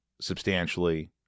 substantially